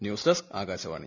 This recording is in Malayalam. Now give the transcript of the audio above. news desk Akashvani